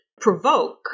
provoke